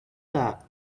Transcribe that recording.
that